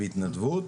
בהתנדבות,